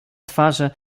włosy